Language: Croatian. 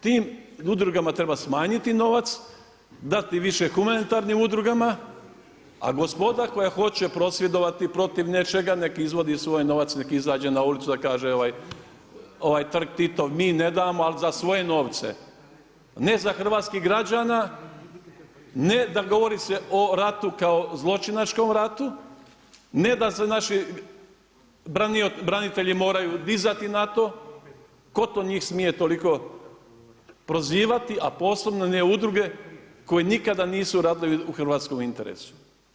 Tim udrugama treba smanjiti novac, dati više humanitarnim udrugama a gospoda koja hoće prosvjedovati protiv nečega, nek' izvodi svoj novac, nek' izađe ulicu da kaže ovaj trg Titov mi ne damo ali za svoje novce, ne za hrvatskih građana, ne da govori se o ratu kao zločinačkom artu, ne da se naši branitelji moraju dizati na to, tko to njih smije toliko prozivati a posebno ne udruge koje nikada nisu radile u hrvatskom interesu.